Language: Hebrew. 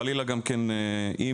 חלילה גם כן,